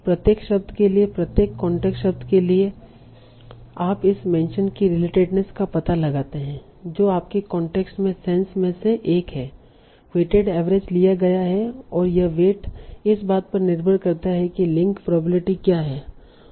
प्रत्येक शब्द के लिए प्रत्येक कांटेक्स्ट शब्द के लिए आप इस मेंशन की रिलेटेडनेस का पता लगाते हैं जो आपके कांटेक्स्ट में सेंस में से एक है वेटेड एवरेज लिया गया है और यह वेट इस बात पर निर्भर करता है कि लिंक प्रोबेबिलिटी क्या है